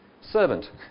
servant